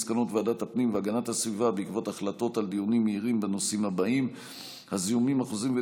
מסקנות ועדת הפנים והגנת הסביבה בעקבות דיון מהיר בהצעתם של חברי